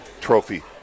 trophy